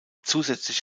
zusätzlich